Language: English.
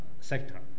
sector